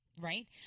right